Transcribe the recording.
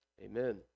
Amen